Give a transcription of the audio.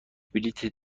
بلیت